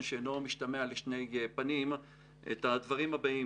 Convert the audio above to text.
שאינו משתמע לשני פנים הדברים הבאים,